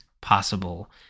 possible